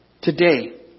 Today